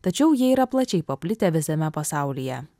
tačiau jie yra plačiai paplitę visame pasaulyje